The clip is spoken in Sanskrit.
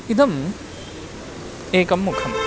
इदम् एकं मुखम्